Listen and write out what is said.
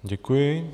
Děkuji.